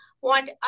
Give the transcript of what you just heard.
want